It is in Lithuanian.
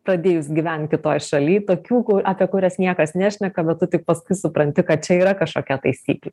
pradėjus gyvent kitoj šaly tokių ku apie kurias niekas nešneka bet tu tik paskui supranti kad čia yra kažkokia taisyklė